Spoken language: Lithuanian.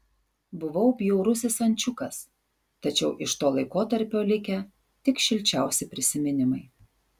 buvau bjaurusis ančiukas tačiau iš to laikotarpio likę tik šilčiausi prisiminimai